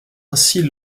ainsi